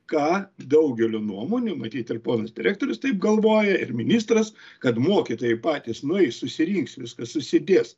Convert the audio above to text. ką daugelio nuomonių matyt ir ponas direktorius taip galvoja ir ministras kad mokytojai patys nueis susirinks viskas susidės